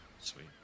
Sweet